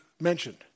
mentioned